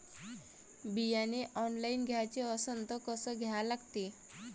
बियाने ऑनलाइन घ्याचे असन त कसं घ्या लागते?